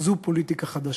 זו פוליטיקה חדשה,